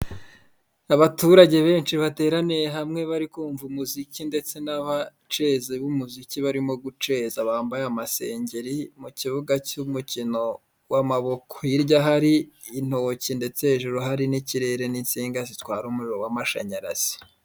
Abaturage benshi bateraniye hamwe, bari kumva umuziki ndetse n'abacezi b'umuziki barimo guceza bambaye amasengeri, mu kibuga cy'umukino w'amaboko. Hirya hari intoki ndetse hejuru hari n'ikirere n'insinga zitwara umuriro w'amashanyarazi.